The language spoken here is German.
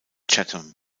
chatham